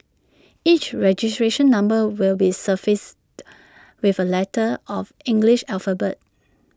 each registration number will be suffixed with A letter of English alphabet